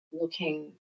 looking